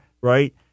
right